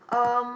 um